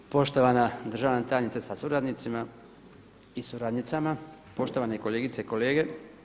Poštovana državna tajnice sa suradnicima i suradnicama, poštovane kolegice i kolege.